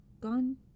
gone